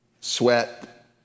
Sweat